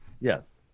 Yes